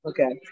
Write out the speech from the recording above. Okay